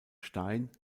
stein